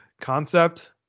concept